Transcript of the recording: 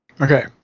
Okay